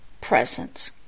presence